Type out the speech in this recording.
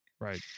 right